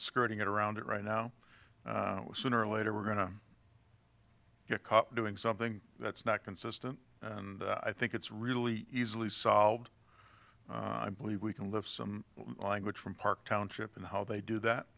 skirting around it right now sooner or later we're going to get caught doing something that's not consistent and i think it's really easily solved i believe we can lift some language from park township and how they do that